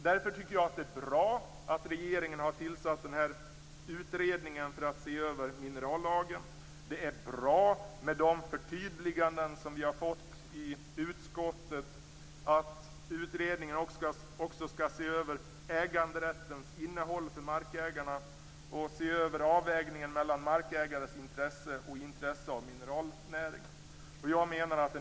Därför är det bra att regeringen har tillsatt en utredning som skall se över minerallagen. Det är bra med de förtydliganden som vi har fått i utskottet, att utredningen också skall se över äganderättens innehåll för markägarna och se över avvägningen mellan markägares intressen och mineralnäringens intressen.